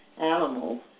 animals